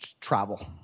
travel